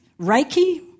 Reiki